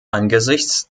angesichts